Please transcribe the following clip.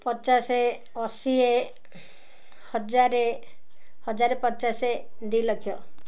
ପଚାଶ ଅଶୀ ହଜାରେ ହଜାରେ ପଚାଶ ଦୁଇ ଲକ୍ଷ